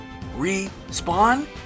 respawn